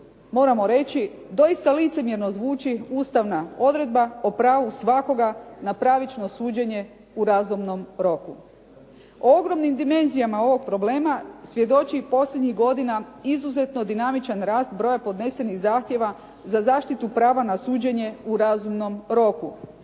moramo reći doista licemjerno zvuči Ustavna odredba o pravu svakoga na pravično suđenje u razumnom roku. Ogromnim dimenzijama ovog problema svjedoči i posljednjih godina izuzetno dinamičan rast broja podnesenih zahtjeva za zaštitu prava na suđenje u razumnom roku.